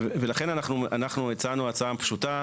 ולכן אנחנו הצענו הצעה פשוטה.